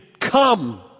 come